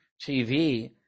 TV